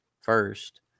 first